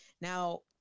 Now